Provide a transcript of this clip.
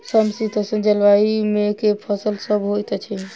समशीतोष्ण जलवायु मे केँ फसल सब होइत अछि?